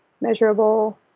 measurable